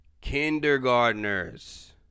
kindergartners